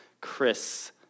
Chris